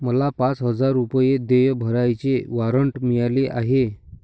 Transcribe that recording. मला पाच हजार रुपये देय भरण्याचे वॉरंट मिळाले आहे